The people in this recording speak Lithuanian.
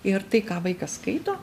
ir tai ką vaikas skaito